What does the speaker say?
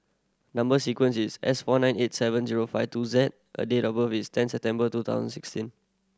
number sequence is S four nine eight seven zero five two Z and date of birth is ten September two thousand sixteen